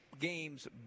games